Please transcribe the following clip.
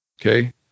Okay